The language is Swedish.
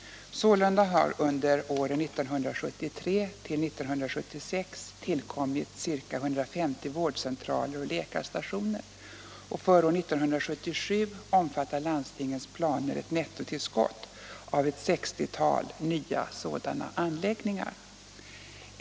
Sålunda har under åren 1973-1976 tillkommit ca 150 vårdcentraler och läkarstationer, och för år 1977 omfattar landstingens planer ett nettotillskott av ett 60-tal nya sådana anläggningar.